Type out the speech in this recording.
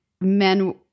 men